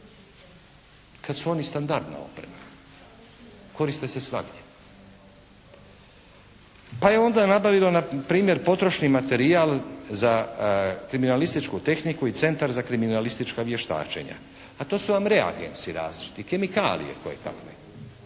Kad su oni standardna oprema. Koriste se svagdje. Pa je onda nabavilo na primjer potrošni materijal za kriminalističku tehniku i Centar za kriminalistička vještačenja. A to su vam reagensi različiti, kemikalije kojekakve.